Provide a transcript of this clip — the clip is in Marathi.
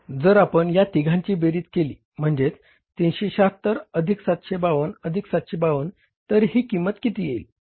जर आपण ह्या तिघांची बेरीज केली म्हणजेच 376 अधिक 752 अधिक 752 तर ही किंमत किती येईल